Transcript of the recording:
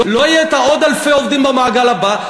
לא יהיו עוד אלפי העובדים במעגל הבא.